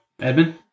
Edmund